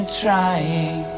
trying